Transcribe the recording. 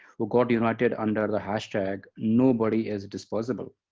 who got united under the hashtag nobodyisdisposable.